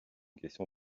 question